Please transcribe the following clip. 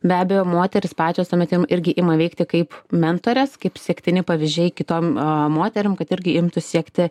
be abejo moterys pačios tuomet jom irgi ima veikti kaip mentorės kaip sektini pavyzdžiai kitom moterim kad irgi imtų siekti